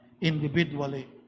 individually